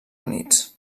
units